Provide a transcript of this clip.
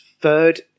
third